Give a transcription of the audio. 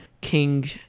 king